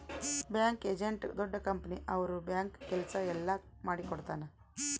bank agent ದೊಡ್ಡ company ಅವ್ರ bank ಕೆಲ್ಸ ಎಲ್ಲ ಮಾಡಿಕೊಡ್ತನ